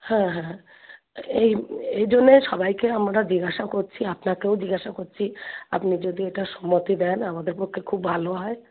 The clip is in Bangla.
হ্যাঁ হ্যাঁ তা এই এই জন্যে সবাইকে আমরা জিজ্ঞাসা করছি আপনাকেও জিজ্ঞাসা করছি আপনি যদি এটা সম্মতি দেন আমাদের পক্ষে খুব ভালো হয়